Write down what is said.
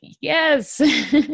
yes